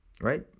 right